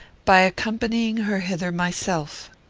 by accompanying her hither myself.